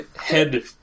head